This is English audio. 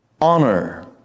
honor